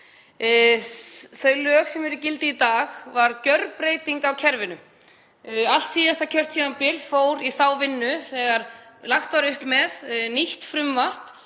Þau lög sem eru í gildi í dag voru gjörbreyting á kerfinu. Allt síðasta kjörtímabil fór í þá vinnu þegar lagt var upp með nýtt frumvarp